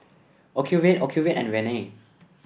Ocuvite Ocuvite and Rene